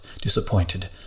disappointed